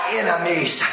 enemies